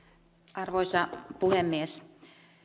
arvoisa puhemies